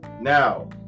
Now